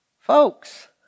Folks